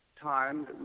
time